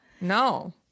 No